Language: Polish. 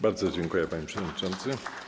Bardzo dziękuję, panie przewodniczący.